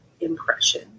impression